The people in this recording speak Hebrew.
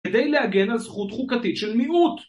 כדי להגן על זכות חוקתית של מיעוט